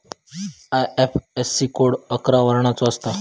IFSC code अकरा वर्णाचो असता